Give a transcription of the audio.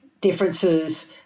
differences